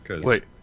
Wait